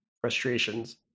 frustrations